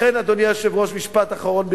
משפט אחרון, אדוני היושב-ראש, ברשותך: